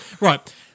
Right